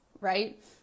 right